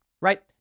right